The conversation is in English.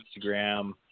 Instagram